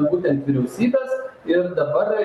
būtent vyriausybės ir dabar